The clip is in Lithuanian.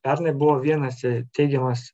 pernai buvo vienas teigiamas